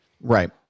Right